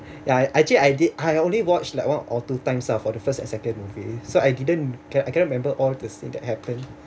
ya actually I did I only watch like one or two times ah for the first and second movie so I didn't care I can't remember all this thing that happened